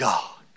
God